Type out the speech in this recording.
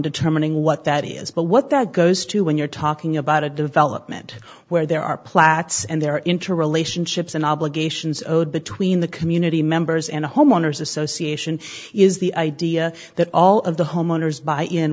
determining what that is but what that goes to when you're talking about a development where there are plats and there interrelationships and obligations owed between the community members and homeowners association is the idea that all of the homeowners buy in